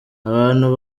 abantu